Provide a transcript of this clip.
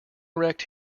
wrecked